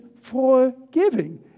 forgiving